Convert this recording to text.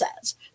says